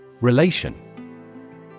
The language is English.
Relation